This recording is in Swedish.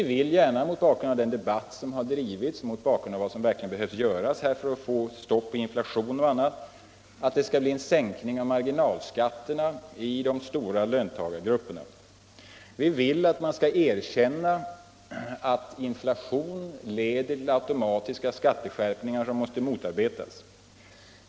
Mot bakgrund av den debatt som har drivits och vad som verkligen behöver göras för att få stopp på inflationen vill vi ha en sänkning av marginalskatterna i de stora löntagargrupperna. Vi vill att man skall erkänna att inflation leder till automatiska skatteskärpningar, som måste motarbetas.